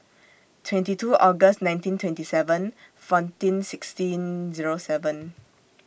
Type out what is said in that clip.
twenty two August nineteen twenty seven fourteen sixteen Zero seven